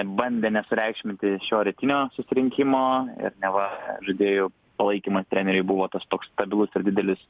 bandė nesureikšminti šio rytinio susirinkimo ir neva žaidėjų palaikymas treneriui buvo tas toks stabilus ir didelis